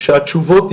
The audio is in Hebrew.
שהתשובות יהיו.